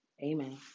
Amen